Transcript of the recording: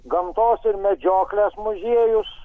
gamtos ir medžioklės muziejus